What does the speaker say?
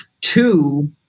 two